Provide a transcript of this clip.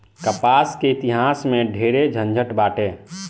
कपास के इतिहास में ढेरे झनझट बाटे